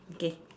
mm K